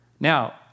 Now